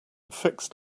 fixed